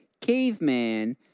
caveman